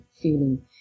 feeling